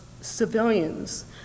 civilians